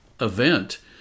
event